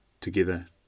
together